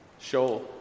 Show